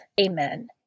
Amen